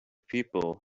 people